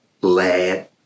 lad